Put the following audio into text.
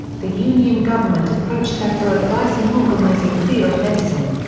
the union government approached her for advice in organising field medicine.